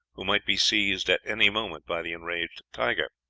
who might be seized at any moment by the enraged tiger.